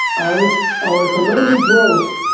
and our economic growth,